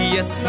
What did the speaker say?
Yes